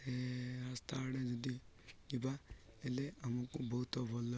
ସେ ରାସ୍ତା ଆଡ଼େ ଯଦି ଯିବା ହେଲେ ଆମକୁ ବହୁତ ଭଲ ହେବ